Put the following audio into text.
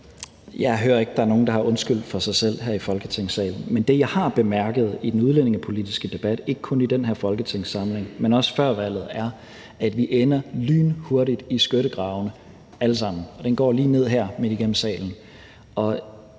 Jeg hører ikke, at der er nogen, der har undskyldt for sig selv her i Folketingssalen. Men det, jeg har bemærket i den udlændingepolitiske debat ikke kun i den her folketingssamling, men også før valget, er, at vi lynhurtigt ender i skyttegrave alle sammen. Fronten går lige her ned gennem salen. Og